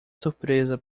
surpresa